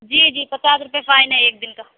جی جی پچاس روہیے فائن ہے ایک دِن کا